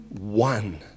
one